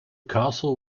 castle